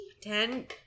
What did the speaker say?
ten